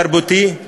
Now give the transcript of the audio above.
התרבותי,